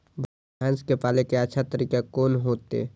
भैंस के पाले के अच्छा तरीका कोन होते?